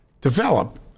develop